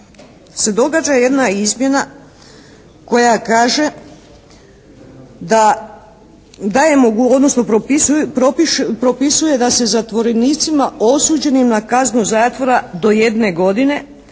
se događa jedna izmjena koja kaže da dajemo, odnosno propisuje da se zatvorenicima osuđenim na kaznu zatvora do jedne godine